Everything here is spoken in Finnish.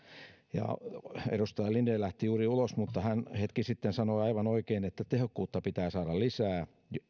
edustaja linden lähti juuri ulos mutta hän hetki sitten sanoi aivan oikein että tehokkuutta pitää saada lisää